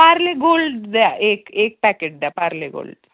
Parle gold द्या एक एक पॅकेट द्या पार्ले गोल्ड